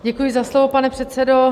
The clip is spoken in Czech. Děkuji za slovo, pane předsedo.